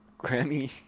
grammy